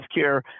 Healthcare